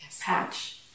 patch